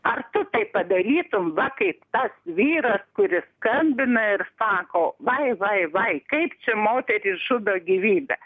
ar tu tai padarytum va kaip tas vyras kuris skambina ir sako vai vai vai kaip čia moterys žudo gyvybę